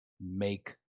make